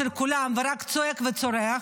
ורק צועק וצורח,